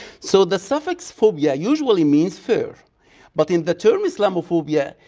so the suffix phobia usually means fear but in the term islamophobia,